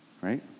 right